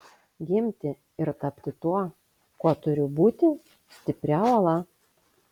gimti ir tapti tuo kuo turiu būti stipria uola